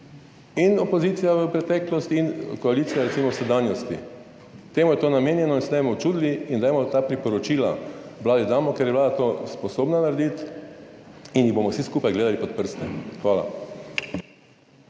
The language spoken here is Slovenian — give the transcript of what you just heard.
Opozicija v preteklosti in koalicija recimo v sedanjosti, temu je to namenjeno in se temu čudili in dajmo ta priporočila Vladi damo, ker je Vlada to sposobna narediti in jih bomo vsi skupaj gledali pod prste. Hvala.